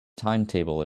timetable